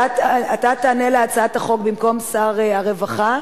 אתה תענה על הצעת החוק במקום שר הרווחה?